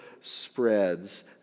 spreads